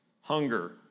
hunger